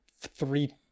three